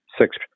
six